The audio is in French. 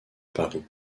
paris